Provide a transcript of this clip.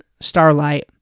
starlight